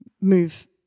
move